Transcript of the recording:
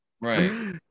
Right